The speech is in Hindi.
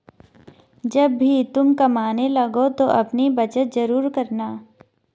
जब भी तुम कमाने लगो तो अपनी बचत जरूर करना